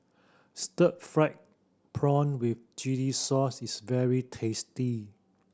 stir fried prawn with chili sauce is very tasty